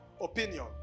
opinion